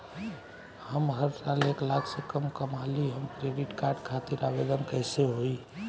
हम हर साल एक लाख से कम कमाली हम क्रेडिट कार्ड खातिर आवेदन कैसे होइ?